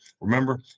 Remember